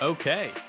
Okay